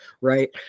right